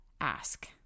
ask